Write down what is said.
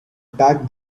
back